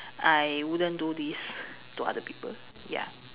I wouldn't do this to other people ya